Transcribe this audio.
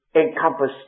encompass